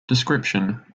description